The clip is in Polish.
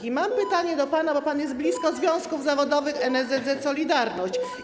I mam pytanie do pana, bo pan jest blisko związków zawodowych, NSZZ „Solidarność”